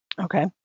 okay